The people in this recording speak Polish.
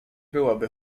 byłoby